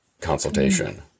consultation